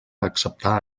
acceptar